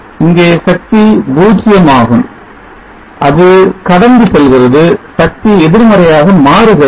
இங்கே சக்தி 0 ஆகும் அது கடந்து செல்கிறது சக்தி எதிர்மறையாக மாறுகிறது